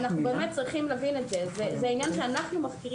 אני מודה לניר ולשושי שמיטיבים להכיר